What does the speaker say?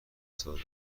ساده